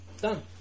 done